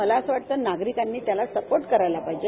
मला असं वाटते की नागरिकांनी त्याला सपोर्ट केलं पाहिजे